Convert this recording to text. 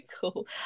cool